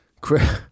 Chris